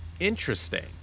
interesting